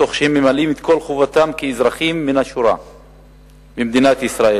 תוך שהם ממלאים את כל חובתם כאזרחים מן השורה במדינת ישראל,